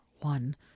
one